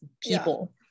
people